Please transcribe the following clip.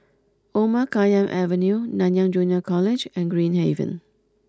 Omar Khayyam Avenue Nanyang Junior College and Green Haven